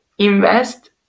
invest